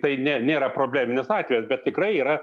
tai ne nėra probleminis atvejas bet tikrai yra